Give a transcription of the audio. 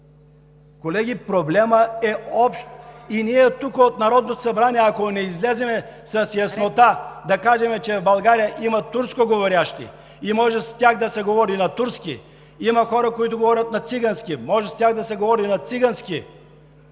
Колеги, проблемът е общ и ние тук от Народното събрание, ако не излезем с яснота да кажем, че в България има турско говорящи и с тях може да се говори на турски, че има хора, които говорят на цигански и може с тях да се говори на цигански,